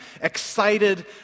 excited